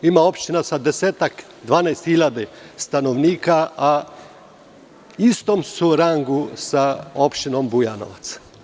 Ima opština sa 10-12 hiljada stanovnika, a u istom su rangu sa opštinom Bujanovac.